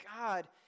God